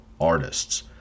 artists